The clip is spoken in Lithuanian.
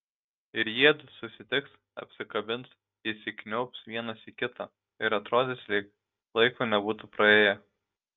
ir jiedu susitiks apsikabins įsikniaubs vienas į kitą ir atrodys lyg laiko nebūtų praėję